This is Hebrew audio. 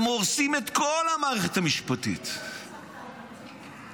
הם הורסים את כל המערכת המשפטית, למה?